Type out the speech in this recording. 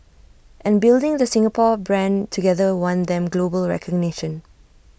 and building the Singapore brand together won them global recognition